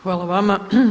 Hvala vama.